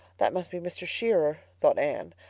that must be mr. shearer, thought anne.